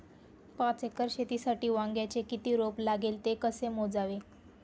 पाच एकर शेतीसाठी वांग्याचे किती रोप लागेल? ते कसे मोजावे?